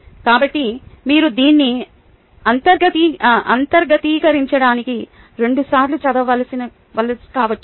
కాబట్టి మీరు దీన్ని అంతర్గతీకరించడానికి రెండుసార్లు చదవాలనుకోవచ్చు